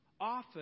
often